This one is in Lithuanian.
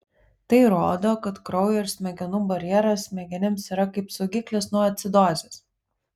tai rodo kad kraujo ir smegenų barjeras smegenims yra kaip saugiklis nuo acidozės